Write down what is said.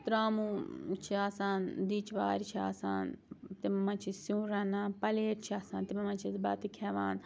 ترٛاموٗ چھِ آسان دِچہٕ وارِ چھِ آسان تِمَن مَنٛز چھِ أسۍ سیُن رَنان پَلیٹ چھِ آسان تِمَن مَنٛزچھِ أسۍ بَتہٕ کھٮ۪وان